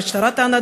המשטרה טענה,